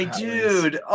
dude